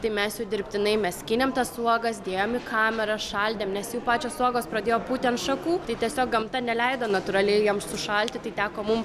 tai mes jau dirbtinai mes skynėm tas uogas dėjom į kamerą šaldėm nes jau pačios uogos pradėjo pūti ant šakų tai tiesiog gamta neleido natūraliai jiem sušalti tai teko mum